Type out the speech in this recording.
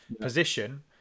position